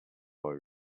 boy